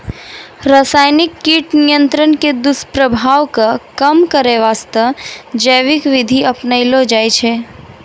रासायनिक कीट नियंत्रण के दुस्प्रभाव कॅ कम करै वास्तॅ जैविक विधि अपनैलो जाय छै